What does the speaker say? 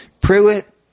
Pruitt